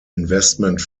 investment